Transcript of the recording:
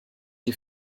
die